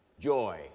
joy